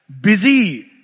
Busy